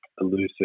elusive